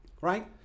right